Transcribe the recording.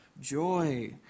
joy